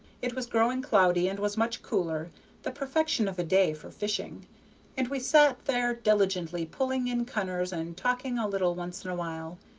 it was growing cloudy, and was much cooler the perfection of a day for fishing and we sat there diligently pulling in cunners, and talking a little once in a while.